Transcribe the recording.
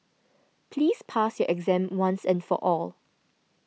please pass your exam once and for all